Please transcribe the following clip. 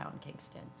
Kingston